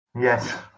Yes